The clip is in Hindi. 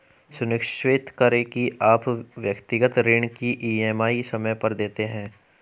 सुनिश्चित करें की आप व्यक्तिगत ऋण की ई.एम.आई समय पर देते हैं